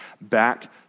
back